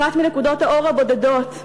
אחת מנקודות האור הבודדות,